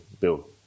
Bill